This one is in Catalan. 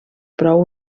prou